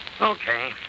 Okay